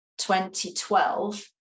2012